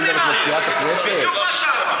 בדיוק מה שאמרת.